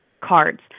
cards